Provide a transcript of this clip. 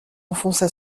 enfonça